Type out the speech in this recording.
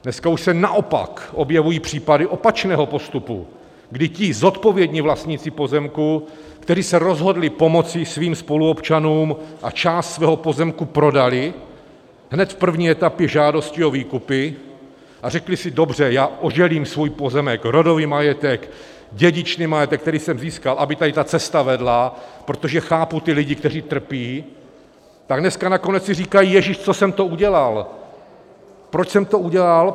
Dneska už se naopak objevují případy opačného postupu, kdy ti zodpovědní vlastníci pozemků, kteří se rozhodli pomoci svým spoluobčanům a část svého pozemku prodali hned v první etapě žádostí o výkupy a řekli si dobře, já oželím svůj pozemek, rodový majetek, dědičný majetek, který jsem získal, aby tady ta cesta vedla, protože chápu ty lidi, kteří trpí tak dneska si nakonec říkají ježiš, co jsem to udělal, proč jsem to udělal?